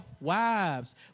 wives